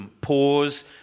Pause